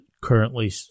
currently